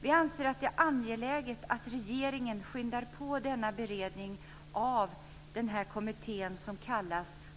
Vi anser att det är angeläget att regeringen skyndar på beredningen av